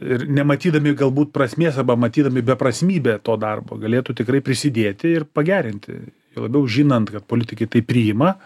ir nematydami galbūt prasmės arba matydami beprasmybę to darbo galėtų tikrai prisidėti ir pagerinti juo labiau žinant kad politikai tai priima